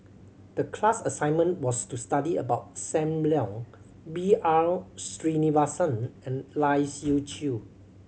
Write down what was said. the class assignment was to study about Sam Leong B R Sreenivasan and Lai Siu Chiu